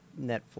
Netflix